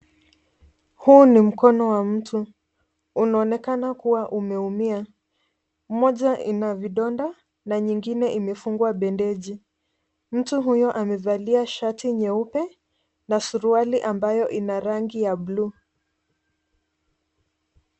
Huu ni mkono wa mtu . Unaonekana kuwa umeumia. Moja ina vidonda na nyingine imefungwa bendeji . Mtu huyo amevalia shati nyeupe na suruali ambayo ina rangi ya blue .